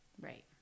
Right